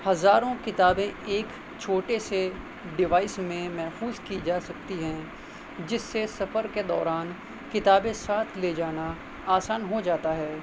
ہزاروں کتابیں ایک چھوٹے سے ڈیوائس میں محفوظ کی جا سکتی ہیں جس سے سفر کے دوران کتابیں ساتھ لے جانا آسان ہوجاتا ہے